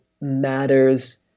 matters